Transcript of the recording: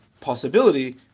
possibility